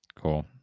cool